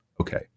okay